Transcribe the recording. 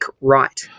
right